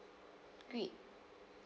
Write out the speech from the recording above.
great